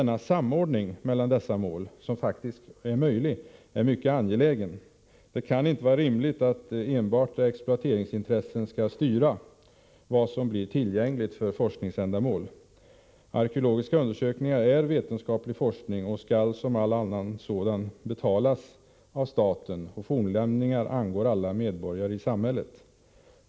En sådan samordning mellan dessa mål — som faktiskt är möjlig — är mycket angelägen. Det kan inte vara rimligt att enbart Om åtgärder för att exploateringsintressen skall styra vid bedömningen av vad som skall bli trygga Immigranttillgängligt för forskningsändamål. Institutets verksam Arkeologiska undersökningar är vetenskaplig forskning, och den skall som het all annan sådan betalas av staten. Fornlämningar angår alla medborgare i samhället.